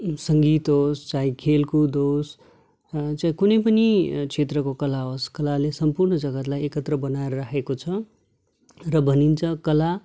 सङ्गीत होस् चाहे खेलकुद होस् चाहिँ कुनै पनि क्षेत्रको कला होस् कलाले सम्पूर्ण जगत्लाई एकत्र बनाएर राखेको छ र भनिन्छ कला